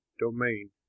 DOMAIN